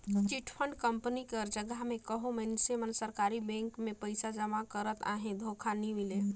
chit fund company कर जगहा में कहों मइनसे मन सरकारी बेंक में पइसा जमा करत अहें धोखा नी मिले